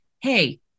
Hey